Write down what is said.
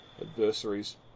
adversaries